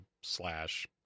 slash